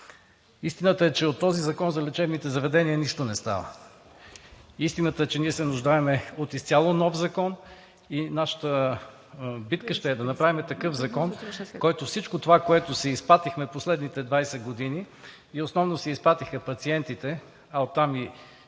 Истината е, че от този Закон за лечебните заведения нищо не става. Истината е, че ние се нуждаем от изцяло нов закон. Нашата битка ще е да направим такъв закон, в който от всичко това, което си изпатихме последните 20 години, и основно пациентите си изпатиха, а оттам и